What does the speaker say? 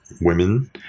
women